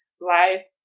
life